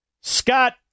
Scott